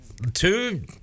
Two